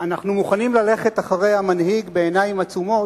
אנחנו מוכנים ללכת אחרי המנהיג בעיניים עצומות,